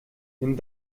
nimm